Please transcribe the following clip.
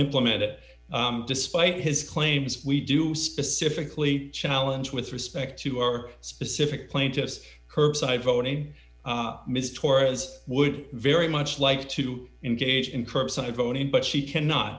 implement it despite his claims we do specifically challenge with respect to our specific plaintiffs curbside voting ms torres would very much like to engage in curbside voting but she cannot